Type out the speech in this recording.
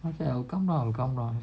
okay I will come down I will come down